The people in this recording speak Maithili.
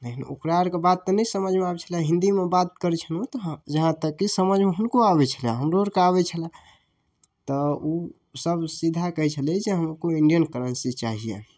लेकिन ओकरा आओरके बात तऽ नहि समझिमे आबै छलै हिन्दीमे बात करै छलहुँ तऽ हम जहाँ तक कि समझिमे हुनको आबै छलै हमरो आओरके आबै छलै ओ से सीधा कहै छलै कि हमको इण्डियन करेन्सी चाहिए